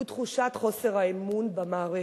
הוא תחושת חוסר האמון במערכת,